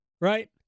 right